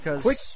Quick